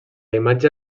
imatge